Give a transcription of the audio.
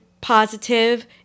positive